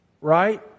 right